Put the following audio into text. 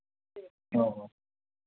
ᱚ